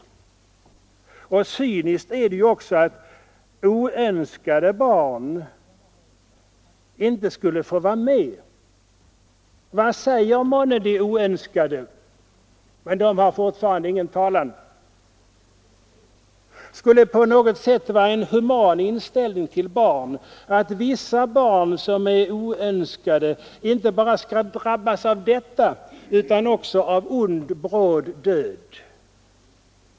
Cyniskt är det ju också att oönskade barn inte skulle få vara med. Vad säger månne de oönskade? De har fortfarande ingen talan. Skulle det på något sätt vara en human inställning till barn att vissa barn, som är oönskade, inte bara skall drabbas av detta utan också av ond bråd död?